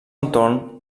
entorn